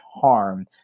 harm